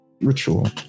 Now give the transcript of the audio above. ritual